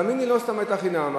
תאמין לי, לא סתם היתה חינם.